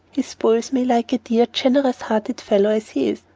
he spoils me, like a dear, generous-hearted fellow as he is.